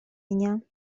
меня